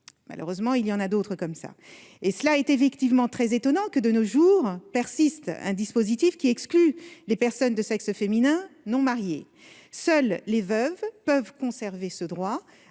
Malheureusement, ce n'est pas le seul. Il est effectivement très étonnant que, de nos jours, persiste un dispositif excluant les personnes de sexe féminin non mariées. Seules les veuves peuvent conserver le droit